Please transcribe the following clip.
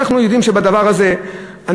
אנחנו יודעים שבדבר הזה אנחנו,